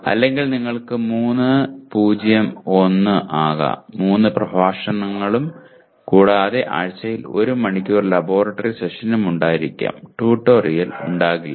അല്ലെങ്കിൽ നിങ്ങൾക്ക് 3 0 1 3 പ്രഭാഷണങ്ങളും കൂടാതെ ആഴ്ചയിൽ 1 മണിക്കൂർ ലബോറട്ടറി സെഷനും ഉണ്ടായിരിക്കാം ട്യൂട്ടോറിയൽ ഉണ്ടാകില്ല